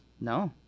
No